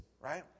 right